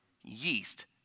yeast